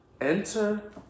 enter